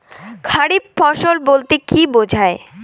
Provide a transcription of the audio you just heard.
খারিফ ফসল বলতে কী বোঝায়?